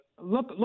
look